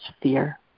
fear